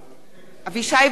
אבישי ברוורמן,